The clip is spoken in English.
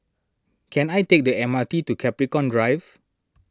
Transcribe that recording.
can I take the M R T to Capricorn Drive